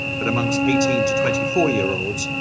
but amongst eighteen to twenty four year olds,